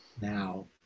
now